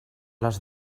les